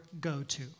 go-to